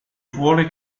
vuole